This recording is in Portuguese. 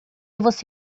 você